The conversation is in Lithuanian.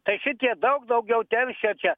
tai šitie daug daugiau teršia čia